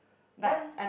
once